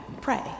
pray